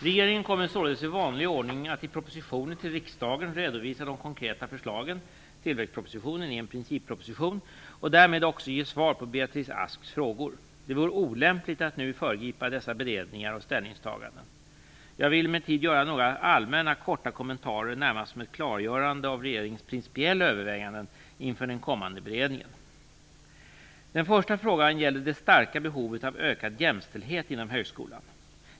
Regeringen kommer således i vanlig ordning att i propositioner till riksdagen redovisa de konkreta förslagen - tillväxtpropositionen är en principproposition - och därmed också ge svar på Beatrice Asks frågor. Det vore olämpligt att nu föregripa dessa beredningar och ställningstaganden. Jag vill emellertid göra några korta allmänna kommentarer, närmast som ett klargörande av regeringen principiella överväganden inför den kommande beredningen. Den första frågan gäller det starka behovet av ökad jämställdhet inom högskolan.